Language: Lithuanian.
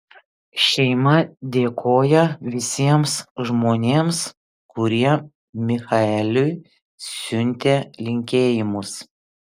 šeima dėkoja visiems žmonėms kurie michaeliui siuntė linkėjimus